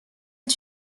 est